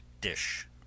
dish